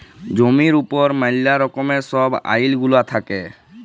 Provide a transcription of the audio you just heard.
জমির উপর ম্যালা রকমের ছব আইল গুলা থ্যাকে